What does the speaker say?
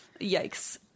Yikes